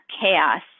chaos